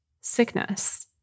sickness